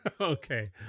Okay